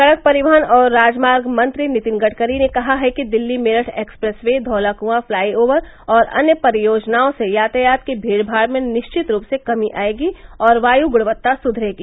सड़क परिवहन और राजमार्ग मंत्री नितिन गड़करी ने कहा है कि Delhi Meerut expressway Dhaula Kuan flyover और अन्य परियोजनाओं से यातायात की भीड़माड़ में निश्चित रूप से कमी आएगी और वायु गुणवत्ता सुधरेगी